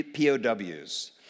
POWs